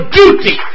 duty